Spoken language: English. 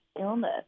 illness